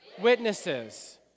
witnesses